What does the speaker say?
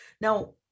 Now